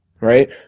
right